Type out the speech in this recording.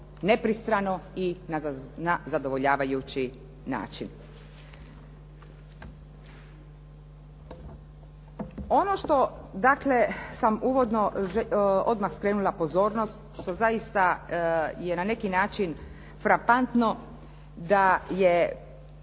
nepristrano i na zadovoljavajući način. Ono što dakle sam uvodno odmah skrenula pozornost što zaista je na neki način frapantno da je